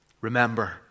Remember